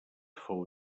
fou